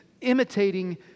imitating